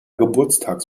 geburtstags